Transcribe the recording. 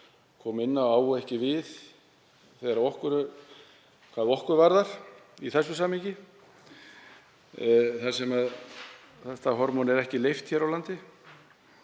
kom inn á á ekki við hvað okkur varðar í þessu samhengi. Þetta hormón er ekki leyft hér á landi.